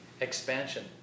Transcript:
expansion